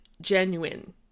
genuine